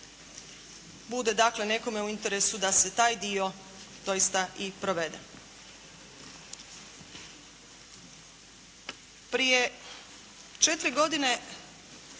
bude dakle nekome u interesu da se taj dio doista i provede. Prije četiri godine